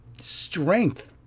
strength